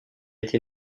été